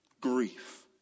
grief